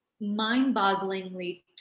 mind-bogglingly